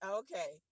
okay